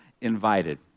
invited